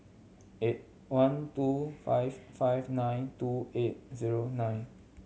eight one two five five nine two eight zero nine